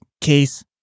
case